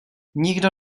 nikdo